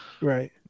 Right